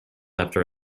after